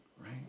right